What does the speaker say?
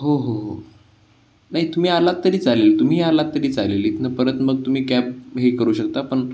हो हो हो नाही तुम्ही आलात तरी चालेल तुम्ही आलात तरी चालेल इथून परत मग तुम्ही कॅब हे करू शकता पण